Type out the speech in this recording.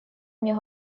мне